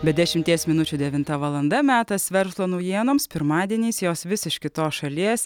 be dešimties minučių devinta valanda metas verslo naujienoms pirmadieniais jos vis iš kitos šalies